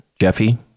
Jeffy